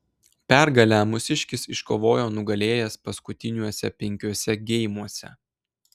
pergalę mūsiškis iškovojo nugalėjęs paskutiniuose penkiuose geimuose